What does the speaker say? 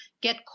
get